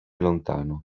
lontano